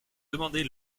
demander